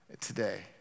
today